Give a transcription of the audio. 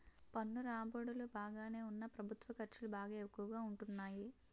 పన్ను రాబడులు బాగానే ఉన్నా ప్రభుత్వ ఖర్చులు బాగా ఎక్కువగా ఉంటాన్నాయి